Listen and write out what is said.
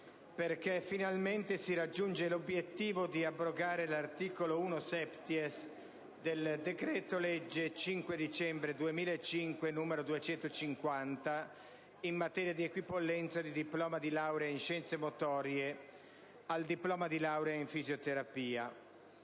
perché finalmente si raggiunge l'obiettivo di abrogare l'articolo 1-*septies* del decreto legge 5 dicembre 2005, n. 250, in materia di equipollenza del diploma di laurea in scienze motorie al diploma di laurea in fisioterapia.